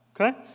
Okay